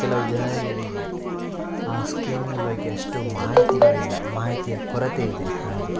ಕೆಲವು ಜನರುಗಳಿಗೆ ಆ ಸ್ಕೀಮಿನ ಬಗ್ಗೆ ಅಷ್ಟು ಮಾಹಿತಿ ಗಳಿಲ್ಲ ಮಾಹಿತಿಯ ಕೊರತೆ ಇದೆ ಹಾಗೆ